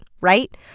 Right